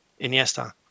Iniesta